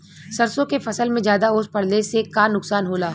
सरसों के फसल मे ज्यादा ओस पड़ले से का नुकसान होला?